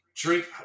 Drink